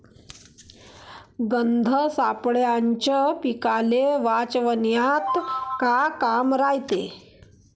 गंध सापळ्याचं पीकाले वाचवन्यात का काम रायते?